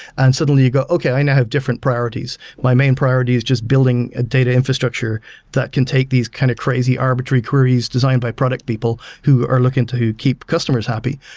and suddenly you go, okay, i now have different priorities. my main priority is just building a data infrastructure that can take these kind of crazy arbitrary queries designed by product people who are looking to keep customers happy,